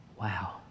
Wow